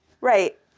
Right